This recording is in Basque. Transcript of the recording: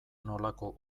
nolako